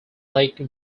lake